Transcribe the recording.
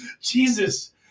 Jesus –